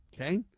Okay